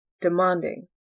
demanding